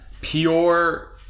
pure